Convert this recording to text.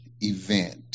event